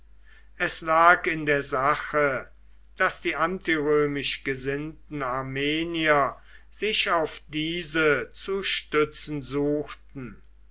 es lag in der sache daß die antirömisch gesinnten armenier sich auf diese zu stützen suchten